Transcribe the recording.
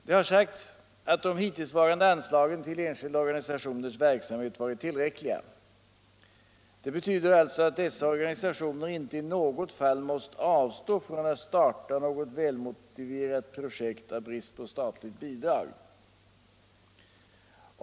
Det har sagts att de hittillsvarande anslagen till enskilda organisationers verksamhet varit tillräckliga. Det betyder alltså att dessa organisationer inte i något fall av brist på statligt bidrag har tvingats avstå från att starta något välmotiverat projekt.